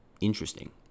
interesting